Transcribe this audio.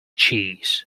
cheese